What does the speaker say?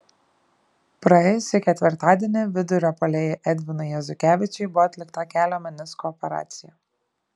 praėjusį ketvirtadienį vidurio puolėjui edvinui jezukevičiui buvo atlikta kelio menisko operacija